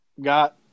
Got